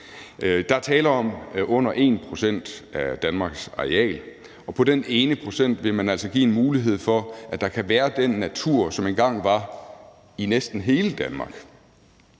er tale om under 1 pct. af Danmarks areal, og på den ene procent vil man altså give mulighed for, at der kan være den natur, som der engang var i næsten hele Danmark.